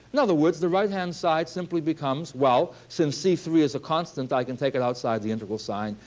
in other words, the right-hand side simply becomes well, since c three is a constant, i can take it outside the integral sign.